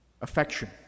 affection